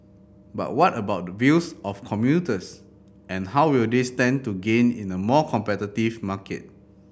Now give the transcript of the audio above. but what about the views of commuters and how will they stand to gain in a more competitive market